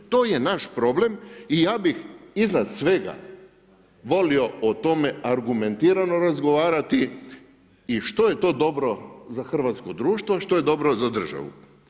To je naš problem i ja bih iznad svega volio o tome argumentirano razgovarati i što je to dobro za hrvatsko društvo i što je dobro za državu.